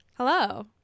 hello